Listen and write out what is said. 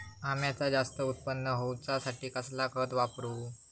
अम्याचा जास्त उत्पन्न होवचासाठी कसला खत वापरू?